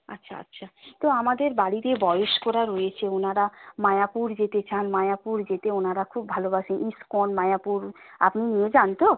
আচ্ছা আচ্ছা তো আমাদের বাড়িতে বয়স্করা রয়েছে ওনারা মায়াপুর যেতে চান মায়াপুর যেতে ওনারা খুব ভালোবাসেন ইস্কন মায়াপুর আপনি নিয়ে যান তো